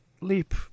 leap